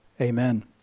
Amen